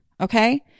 Okay